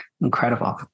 incredible